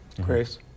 Grace